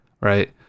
right